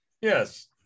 Yes